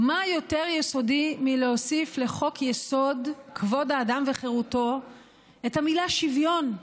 מה יותר יסודי מלהוסיף לחוק-יסוד: כבוד האדם וחרותו את המילה "שוויון"?